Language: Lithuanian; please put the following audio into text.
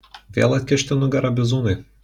vėl atkišti nugarą bizūnui